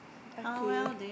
okay